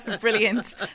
brilliant